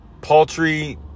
paltry